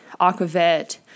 aquavit